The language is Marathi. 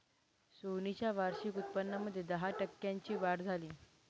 सोनी च्या वार्षिक उत्पन्नामध्ये दहा टक्क्यांची वाढ झाली